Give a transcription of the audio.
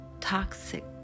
toxic